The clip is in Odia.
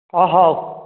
ହଉ